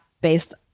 based